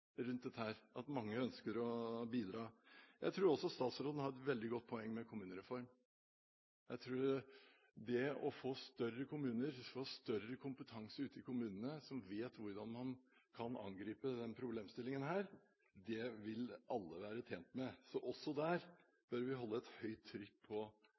dette, og at mange ønsker å bidra. Jeg tror også statsråden har et veldig godt poeng med kommunereform. Jeg tror at det å få større kommuner, få større kompetanse ute i kommunene, som vet hvordan man kan angripe denne problemstillingen, vil alle være tjent med. Så også der bør vi holde et høyt trykk på